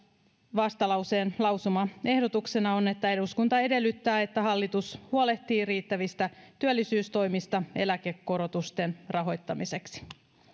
vastalauseen lausumaehdotuksena on että eduskunta edellyttää että hallitus huolehtii riittävistä työllisyystoimista eläkekorotusten rahoittamiseksi